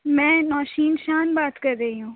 میں نوشین شان بات کر رہی ہوں